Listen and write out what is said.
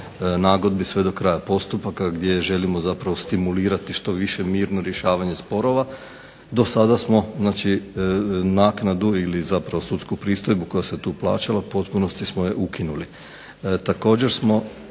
nagodbi sve do kraja postupak gdje želimo stimulirati što više mirno rješavanje sporova. Do sada smo naknadu ili sudsku pristojbu koja se tu plaćala u potpunosti smo je ukinuli.